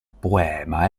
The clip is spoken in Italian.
poema